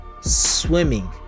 swimming